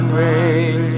ring